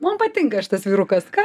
man patinka šitas vyrukas ką